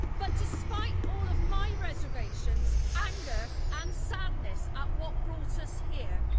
but despite all of my reservations, anger and sadness at what brought us here,